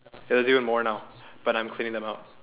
ya there is even more right now but I am cleaning them up